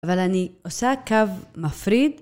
אבל אני עושה קו מפריד.